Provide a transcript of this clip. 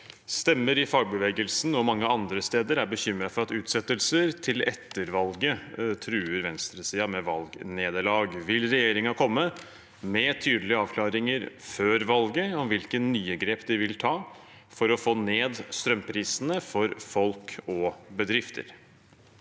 Stemmer i fagbevegelsen og mange andre steder er bekymret for at utsettelser til etter valget truer venstresiden med valgnederlag. Vil regjeringen komme med tydelige avklaringer før valget om hvilke nye grep de vil ta for å få ned strømprisene for folk og bedrifter?»